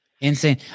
insane